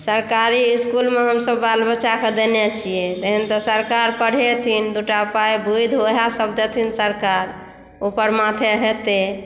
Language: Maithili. सरकारी इसकुलमे हमसभ बाल बच्चाकेँ देने छियै तहन तऽ सरकार पढ़ेथिन दूटा पाई बुद्धि वएह सभ देथिन सरकार ऊपर माथे हेतै